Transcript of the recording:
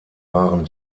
waren